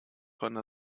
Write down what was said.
einer